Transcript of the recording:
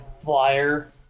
flyer